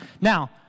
Now